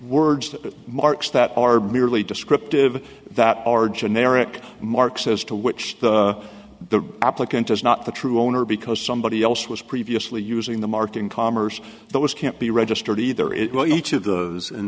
words to marks that are merely descriptive that are generic mark says to which the applicant is not the true owner because somebody else was previously using the mark in commerce those can't be registered either it was each of those